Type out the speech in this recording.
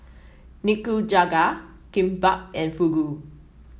Nikujaga Kimbap and Fugu